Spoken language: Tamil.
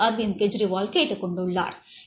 அரவிந்த் கெஜ்ரிவால் கேட்டுக் கொண்டுள்ளாா்